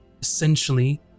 Essentially